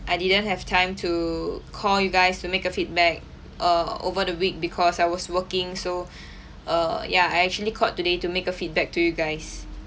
I didn't have time to call you guys to make a feedback err over the week because I was working so err ya I actually called today to make a feedback to you guys